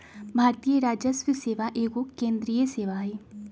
भारतीय राजस्व सेवा एगो केंद्रीय सेवा हइ